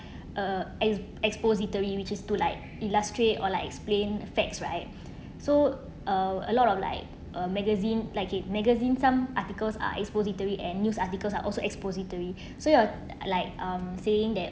uh ex~ expository which is to like illustrate or like explain facts right so uh a lot of like a magazine like it magazine some articles are expository and news articles are also expository so you're like um saying that